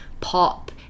pop